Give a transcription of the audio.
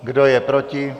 Kdo je proti?